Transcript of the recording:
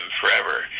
forever